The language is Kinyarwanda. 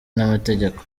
n’amategeko